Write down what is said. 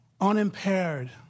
unimpaired